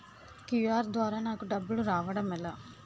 QR ద్వారా నాకు డబ్బులు రావడం ఎలా?